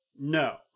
No